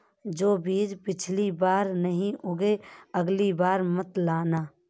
जो बीज पिछली बार नहीं उगे, अगली बार मत लाना